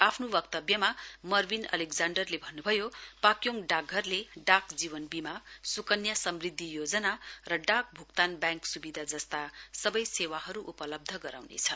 आफ्नो वक्तव्यमा मर्विन अलेकजाण्डरले भन्नुभयो पाक्योङ डाकघरले डाक जीवन वीमा सुकन्या समृद्धि योजना र डाक भ्क्तान ब्याङ्क स्विधा जस्ता सबै सेवाहरू उपलब्ध गराउनेछ